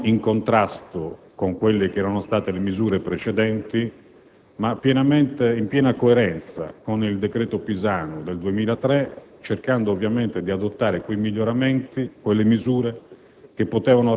non in contrasto con le misure precedenti ma in piena coerenza con il decreto Pisanu del 2003, cercando ovviamente di adottare tutti quei miglioramenti, quelle misure